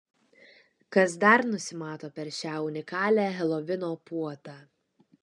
kas dar nusimato per šią unikalią helovino puotą